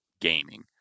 gaming